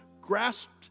grasped